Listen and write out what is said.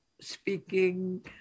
speaking